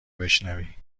بشنوی